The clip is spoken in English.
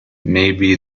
maybe